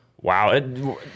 Wow